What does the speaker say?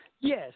Yes